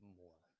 more